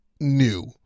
new